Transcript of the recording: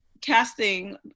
casting